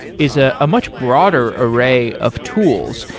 is a ah much broader array of tools.